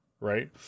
right